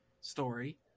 story